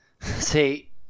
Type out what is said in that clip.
See